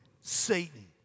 Satan